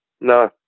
No